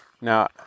Now